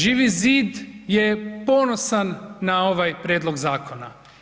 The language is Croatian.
Živi zid je ponosan na ovaj Prijedlog zakona.